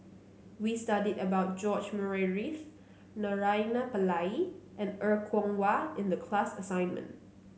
we studied about George Murray Reith Naraina Pillai and Er Kwong Wah in the class assignment